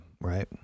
right